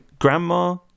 Grandma